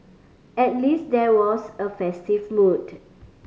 at least there was a festive mood